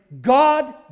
God